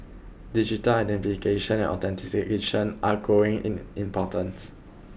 digital identification and authentication are growing in importance